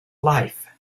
life